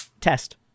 test